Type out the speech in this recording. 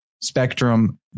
spectrum